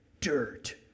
dirt